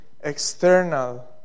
external